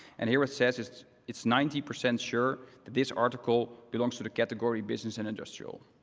and here it says, it's it's ninety percent sure that this article belongs to the category business and industrial.